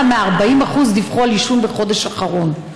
מ-40% דיווחו על עישון בחודש האחרון,